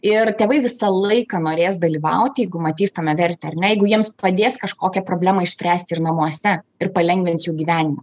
ir tėvai visą laiką norės dalyvauti jeigu matys tame vertę ar negu jiems padės kažkokią problemą išspręsti ir namuose ir palengvins jų gyvenimą